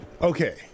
Okay